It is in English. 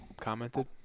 commented